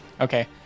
Okay